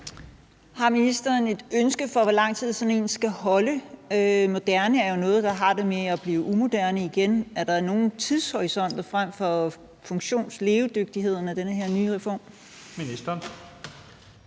Har ministeren en idé om, hvor lang tid sådan en skal holde? Det moderne er jo noget, der har det med at blive umoderne på et tidspunkt. Er der nogen tidshorisont i forhold til funktionslevedygtigheden af den her nye reform?